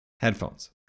headphones